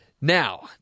Now